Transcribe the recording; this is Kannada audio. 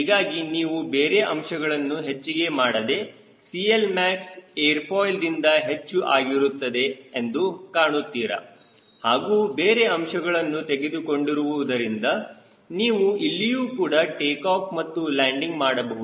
ಹೀಗಾಗಿ ನೀವು ಬೇರೆ ಅಂಶಗಳನ್ನು ಹೆಚ್ಚಿಗೆ ಮಾಡದೆ CLmax ಏರ್ ಫಾಯ್ಲ್ದಿಂದ ಹೆಚ್ಚು ಆಗಿರುತ್ತದೆ ಎಂದು ಕಾಣುತ್ತೀರಾ ಹಾಗೂ ಬೇರೆ ಅಂಶಗಳನ್ನು ತೆಗೆದುಕೊಂಡಿರುವುದರಿಂದ ನೀವು ಇಲ್ಲಿಯೂ ಕೂಡ ಟೇಕಾಫ್ ಮತ್ತು ಲ್ಯಾಂಡಿಂಗ್ ಮಾಡಬಹುದು